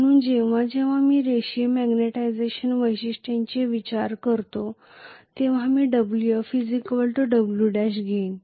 म्हणून जेव्हा जेव्हा मी रेषीय मॅग्नेटिझेशन वैशिष्ट्यांचा विचार करतो तेव्हा मी Wf Wf' घेईन